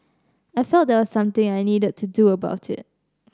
I felt there was something I needed to do about it